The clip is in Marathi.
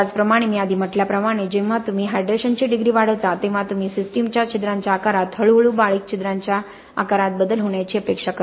त्याचप्रमाणे मी आधी म्हटल्याप्रमाणे जेव्हा तुम्ही हायड्रेशनची डिग्री वाढवता तेव्हा तुम्ही सिस्टमच्या छिद्रांच्या आकारात हळूहळू बारीक छिद्रांच्या आकारात बदल होण्याची अपेक्षा करता